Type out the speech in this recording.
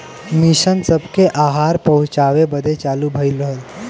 mission सबके आहार पहुचाए बदे चालू भइल रहल